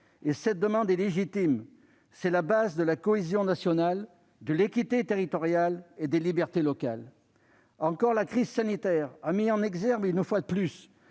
et cette demande est légitime : c'est la base de la cohésion nationale, de l'équité territoriale et des libertés locales. La crise sanitaire a une fois de plus